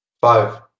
Five